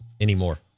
anymore